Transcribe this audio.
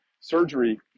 Surgery